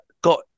got